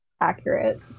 Accurate